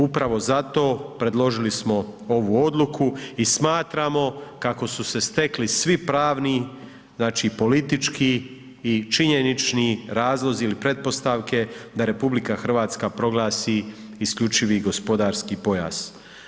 Upravo zato predložili smo ovu odluku i smatramo kako su se stekli svi pravi, znači, politički i činjenični razlozi ili pretpostavke da RH proglasi isključivi gospodarski pojas.